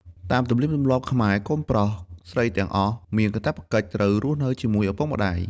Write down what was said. តាមទំនៀមទម្លាប់ខ្មែរ កូនប្រុសស្រីទាំងអស់ មានកាតព្វកិច្ចត្រូវរស់នៅជាមួយឪពុកម្តាយ។